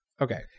okay